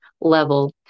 level